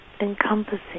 Encompassing